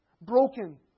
Broken